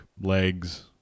legs